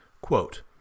Quote